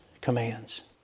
commands